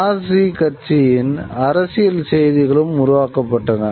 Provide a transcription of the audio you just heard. Nazi கட்சியின் அரசியல் செய்திகளும் உருவாக்கப்பட்டன